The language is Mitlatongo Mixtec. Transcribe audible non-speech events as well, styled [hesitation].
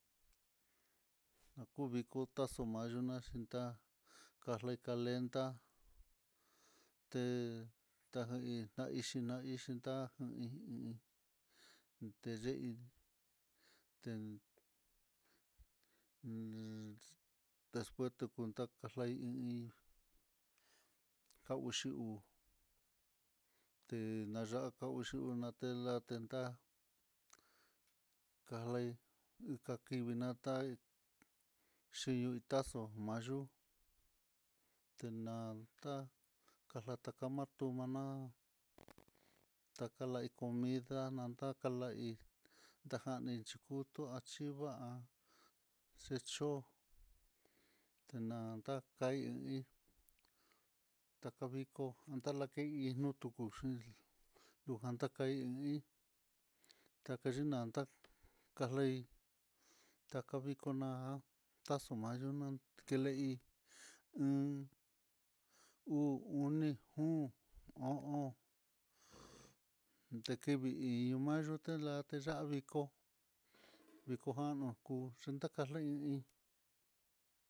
Naku viko taxu mayina xhintá, karle calenta té lahí lahixhi naixhin tá i iin, te hí té yi depueto kontá la hí i ka uxi uu, te naya'a ka uxi uu natelan tentá kalaí, kakivii nata xhiño taxo mayu, tenanta kalarta mardorma ta kalai comida nanan takalai tajan chikutu há chiva x [hesitation] o, tenata kai'i ta ka viko taka lakai iin nutu kuxhi lujan takai i iin nakaxhi nantá karlai takaviko na'a, taxmayunan kele hí un uu uni jun o'on ndekevii iño mayo telaya viko, viko kano ku yelta kalei i iin.